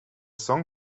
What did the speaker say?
song